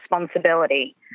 responsibility